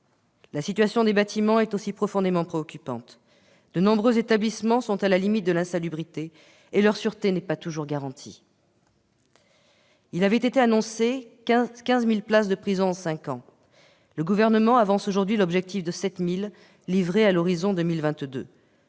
La situation des bâtiments est elle aussi profondément préoccupante. De nombreux établissements sont à la limite de l'insalubrité et leur sûreté n'est pas toujours garantie. Il avait été annoncé 15 000 places de prison supplémentaires en cinq ans ; le Gouvernement avance aujourd'hui l'objectif de 7 000 places livrées à l'horizon 2022.